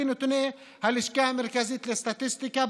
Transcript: לפי נתוני הלשכה המרכזית לסטטיסטיקה,